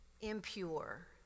impure